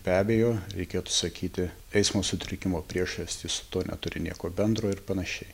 be abejo reikėtų sakyti eismo sutrikimo priežastys su tuo neturi nieko bendro ir panašiai